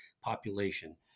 population